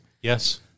Yes